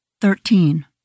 Thirteen